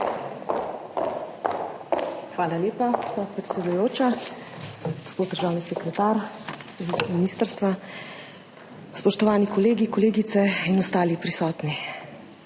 Hvala lepa, gospa predsedujoča. Gospod državni sekretar iz ministrstva, spoštovani kolegi, kolegice in ostali prisotni!